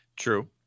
True